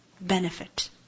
benefit